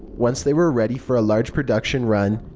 once they were ready for a large production run,